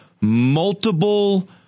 multiple